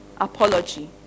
apology